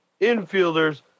infielders